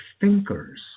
thinkers